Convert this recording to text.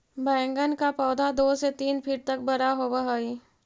बैंगन का पौधा दो से तीन फीट तक बड़ा होव हई